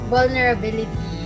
Vulnerability